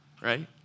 right